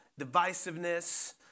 divisiveness